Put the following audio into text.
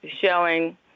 showing